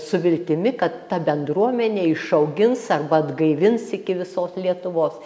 su viltimi kad ta bendruomenė išaugins arba atgaivins iki visos lietuvos